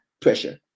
pressure